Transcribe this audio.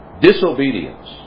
Disobedience